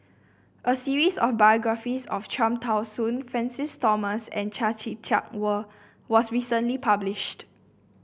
a series of biographies of Cham Tao Soon Francis Thomas and Chia Tee Chiak were was recently published